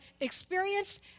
experienced